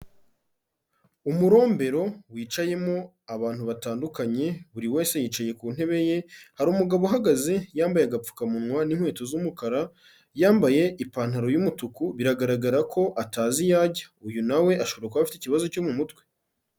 Umurombero wicayemo abantu batandukanye buri wese yicaye ku ntebe ye, hari umugabo uhagaze yambaye agapfukamunwa n'inkweto z'umukara, yambaye ipantaro y'umutuku biragaragara ko atazi iyo ajya, uyu na we ashobora kuba afite ikibazo cyo mu mutwe.